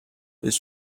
his